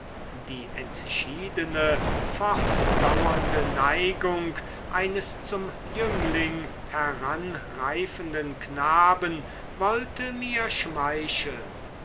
die entschiedene fortdauernde neigung eines zum jüngling heranreifenden knaben wollte mir schmeicheln